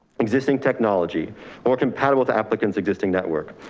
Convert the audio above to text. existing technology or compatible the applicant's existing network.